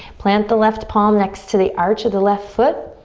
plant the left palm next to the arch of the left foot.